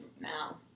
now